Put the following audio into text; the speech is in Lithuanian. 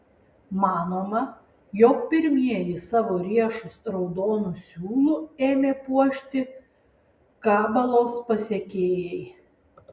manoma jog pirmieji savo riešus raudonu siūlu ėmė puošti kabalos pasekėjai